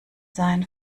sein